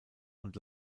und